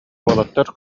уолаттар